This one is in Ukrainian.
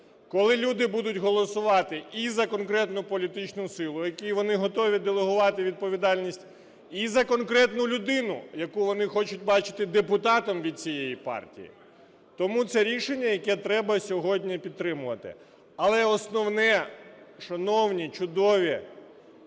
коли люди будуть голосувати і за конкретну політичну силу, якій вони готові делегувати відповідальність, і за конкретну людину, яку вони хочуть бачити депутатом від цієї партії. Тому це рішення, яке треба сьогодні підтримувати. Але основне, шановні, чудові,